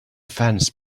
fence